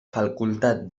facultat